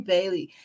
Bailey